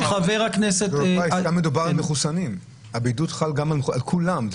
חל גם על מחוסנים, על כולם.